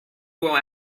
will